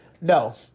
no